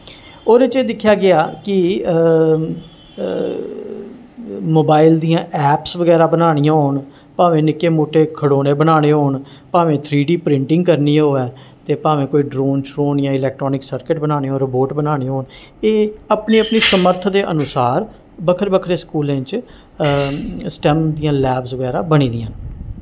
ओह्दे च एह् दिक्खेआ गेआ कि मोबाइल दियां ऐप्स बगैरा बनानियां होन भामें निक्के मुट्टे खड़ौने बनाने होन भावें थ्री डी प्रिंटिंग करनी होऐ ते भावें कोई ड्रोन श्रोन जां इलैक्ट्रानिक सर्कट बनाना होऐ रबोट बनाने होन एह् अपनी अपनी समर्थ दे अनुसार बक्खरे बक्खरे स्कूलें च स्टेम दियां लैबस बगैरा बनी दियां न